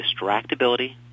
distractibility